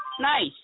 Nice